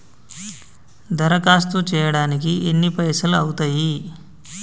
దరఖాస్తు చేయడానికి ఎన్ని పైసలు అవుతయీ?